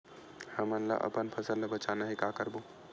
हमन ला अपन फसल ला बचाना हे का करबो?